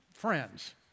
Friends